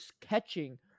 catching